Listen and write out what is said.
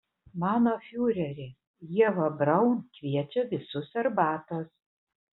mano fiureri ieva braun kviečia visus arbatos